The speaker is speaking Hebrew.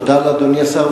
תודה לאדוני השר,